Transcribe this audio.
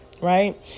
right